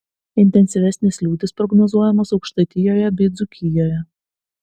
intensyvesnės liūtys prognozuojamos aukštaitijoje bei dzūkijoje